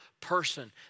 person